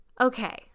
Okay